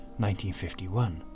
1951